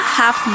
half